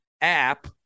app